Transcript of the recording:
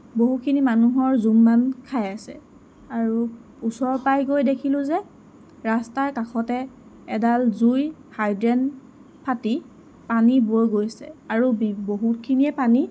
বহুখিনি মানুহৰ জুম বান্ধ খাই আছে আৰু ওচৰ পাই গৈ দেখিলোঁ যে ৰাস্তাৰ কাষতে এডাল জুই হাইড্ৰেন ফাটি পানী বৈ গৈছে আৰু বহুতখিনিয়ে পানী